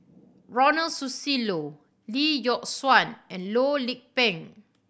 Ronald Susilo Lee Yock Suan and Loh Lik Peng